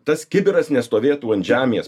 tas kibiras nestovėtų ant žemės